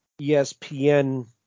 ESPN